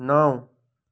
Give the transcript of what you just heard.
नौ